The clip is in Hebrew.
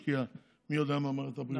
גם הליכוד לא השקיע מי יודע מה במערכת הבריאות.